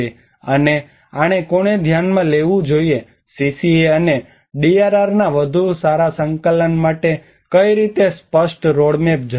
અને આને કોણે ધ્યાનમાં લેવું જોઈએ સીસીએ અને ડીઆરઆરના વધુ સારા સંકલન માટે કઈ રીતે સ્પષ્ટ રોડમેપ જરૂરી છે